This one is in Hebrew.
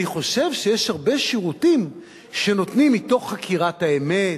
אני חושב שיש הרבה שירותים שנותנים מתוך חקירת האמת,